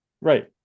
Right